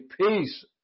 peace